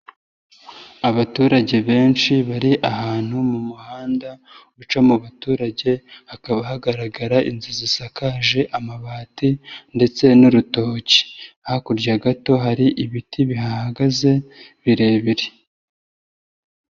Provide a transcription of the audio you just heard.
Abaturage benshi bari ahantu mu muhanda, uca mu baturage, hakaba hagaragara inzu zisakaje amabati ndetse n'urutoki. Hakurya gato hari ibiti bihagaze birebire.